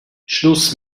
schluss